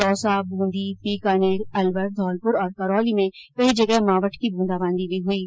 दौसा बूंदी बीकानेर अलवर धौलपुर और करौली में कई जगह मावठ की ब्रंदाबादी भी हई है